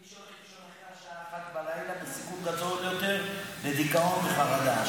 מי שהולך לישון אחרי השעה 01:00 בסיכון גדול יותר לדיכאון וחרדה.